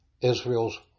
Israel's